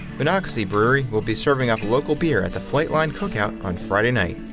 monocacy brewery will be serving up local beer at the flightline cookout on friday night.